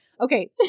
Okay